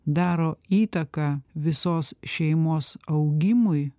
daro įtaką visos šeimos augimui